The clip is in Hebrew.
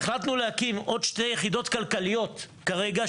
החלטנו להקים עוד שתי יחידות כלכליות כרגע,